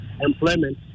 employment